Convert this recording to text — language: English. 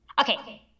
Okay